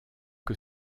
que